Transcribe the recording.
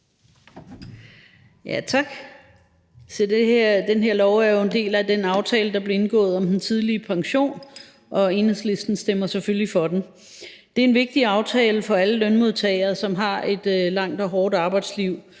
Tak. Se, det her lovforslag er jo en del af den aftale, der blev indgået om tidlig pension, og Enhedslisten stemmer selvfølgelig for det. Det er en vigtig aftale for alle lønmodtagere, som har et langt og hårdt arbejdsliv,